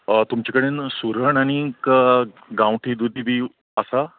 तुमचे कडेन सुरण आनीक गांवठी दुदी बी आसा